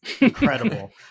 incredible